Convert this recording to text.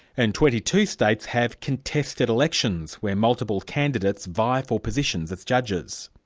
and twenty two states have contested elections where multiple candidates vie for positions as judges.